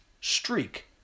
streak